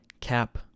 cap